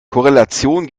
korrelation